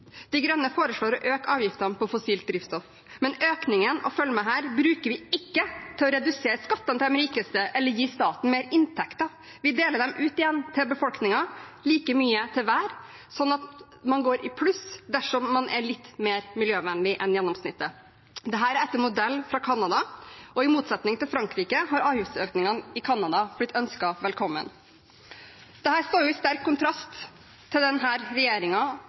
De Grønne foreslår å øke avgiftene på fossilt drivstoff, men økningen – følg med her – bruker vi ikke til å redusere skattene for de rikeste eller gi staten mer inntekter. Vi deler dem ut igjen til befolkningen, like mye til hver, slik at man går i pluss dersom man er litt mer miljøvennlig enn gjennomsnittet. Dette er etter en modell fra Canada, og i motsetning til i Frankrike har avgiftsøkningene i Canada blitt ønsket velkommen. Dette står i sterk kontrast til